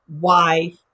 wife